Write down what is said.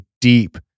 deep